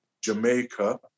Jamaica